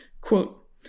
Quote